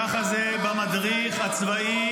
ככה זה במדריך הצבאי